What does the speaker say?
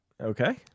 Okay